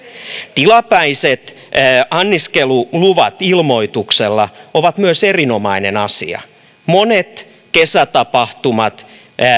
tilapäiset anniskeluluvat ilmoituksella ovat myös erinomainen asia monet kesätapahtumat